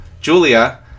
Julia